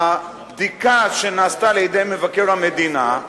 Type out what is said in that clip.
הבדיקה שנעשתה על-ידי מבקר המדינה,